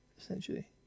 essentially